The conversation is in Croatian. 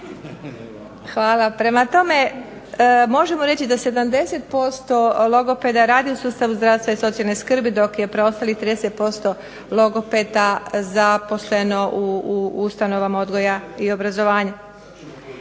ustanova. Prema tome možemo reći da 70% logopeda radi u sustavu zdravstva i socijalne skrbi, dok je preostalih 30% logopeda zaposleno u ustanovama odgoja i obrazovanja.